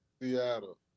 Seattle